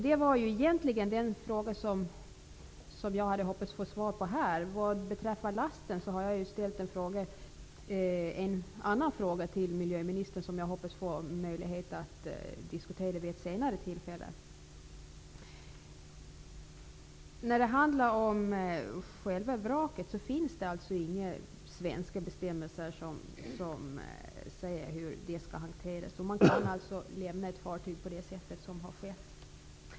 Det var egentligen den fråga som jag hade hoppats få svar på här. Vad beträffar lasten har jag ställt en annan fråga till miljöministern som jag hoppas få möjlighet att diskutera vid ett senare tillfälle. När det gäller själva vraket finns det alltså inga svenska bestämmelser om hur det hela skall hanteras. Man kan lämna ett fartyg på det sätt som här har skett.